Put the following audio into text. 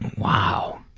wow.